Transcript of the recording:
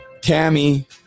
Tammy